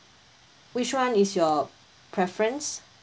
which one is your preference